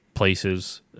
Places